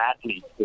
athletes